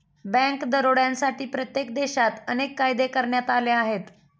bank दरोड्यांसाठी प्रत्येक देशात अनेक कायदे करण्यात आले आहेत